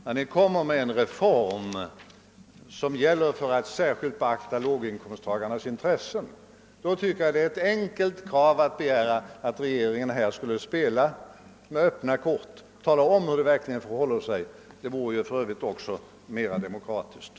När Ni föreslår en reform, som säges särskilt beakta låginkomsttagarnas intressen, tycker jag det är berättigat att ställa kravet att regeringen skall spela med öppna kort och tala om hur det verkligen förhåller sig. Det vore för övrigt också mera demokratiskt.